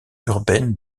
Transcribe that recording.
urbaine